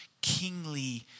kingly